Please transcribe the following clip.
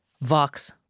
Vox